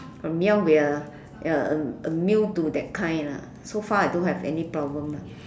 from young we are we are i~ immune to that kind lah so far I don't have any problem